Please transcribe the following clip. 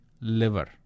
liver